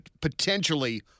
potentially